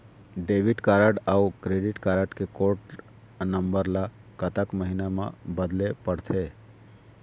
Debit card अऊ credit card के code number ला कतक महीना मा बदले पड़थे?